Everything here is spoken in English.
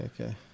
okay